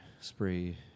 spray